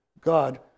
God